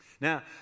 Now